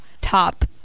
top